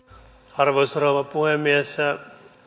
arvoisa rouva puhemies